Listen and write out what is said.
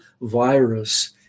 virus